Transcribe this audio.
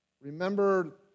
Remember